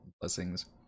blessings